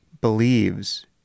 believes